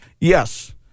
Yes